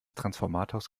transformators